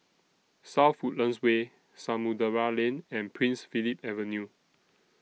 South Woodlands Way Samudera Lane and Prince Philip Avenue